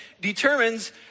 determines